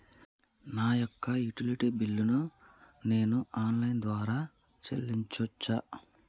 నా యొక్క utility bill ను నేను ఆన్ లైన్ ద్వారా చెల్లించొచ్చా?